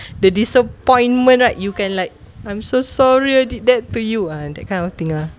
the disappointment right you can like I'm so sorry I did that to you ah that kind of thing ah